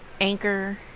Anchor